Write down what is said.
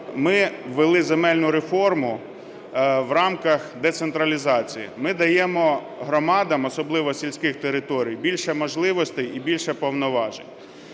ми ввели земельну реформу в рамках децентралізації. Ми даємо громадам, особливо сільських територій, більше можливостей і більше повноважень.